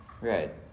Right